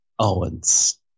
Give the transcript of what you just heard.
Owens